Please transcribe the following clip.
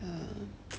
um